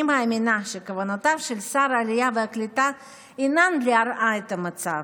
אני מאמינה שכוונותיו של שר העלייה והקליטה אינן להרע את המצב.